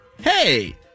hey